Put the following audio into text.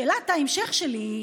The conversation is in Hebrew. שאלת ההמשך שלי: